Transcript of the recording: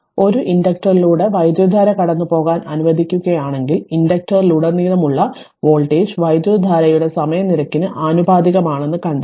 അതിനാൽ ഒരു ഇൻഡക്ടറിലൂടെ വൈദ്യുതധാര കടന്നുപോകാൻ അനുവദിക്കുകയാണെങ്കിൽ ഇൻഡക്ടറിലുടനീളമുള്ള വോൾട്ടേജ് വൈദ്യുതധാരയുടെ സമയ നിരക്കിന് ആനുപാതികമാണെന്ന് കണ്ടെത്തി